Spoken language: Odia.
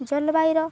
ଜଳବାଇର